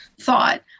thought